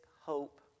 hope